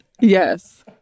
Yes